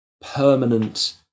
permanent